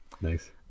nice